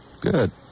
Good